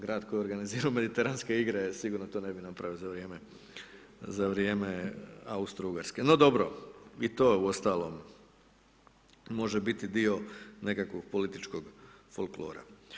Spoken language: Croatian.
Grad koji je organizirao Mediteranske igre, sigurno to ne bi napravio za vrijeme Austrougarske, no dobro, i to uostalom može biti dio nekakvog političkog folklora.